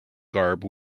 garb